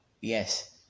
yes